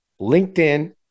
LinkedIn